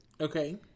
Okay